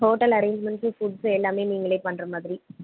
hotel arrangements foods எல்லாமே நீங்களே பண்ணுற மாதிரி